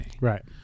Right